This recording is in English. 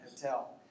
hotel